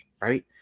right